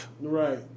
Right